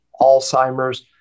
Alzheimer's